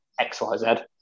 xyz